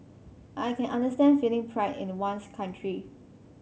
I can understand feeling pride in the one's country